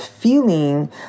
feeling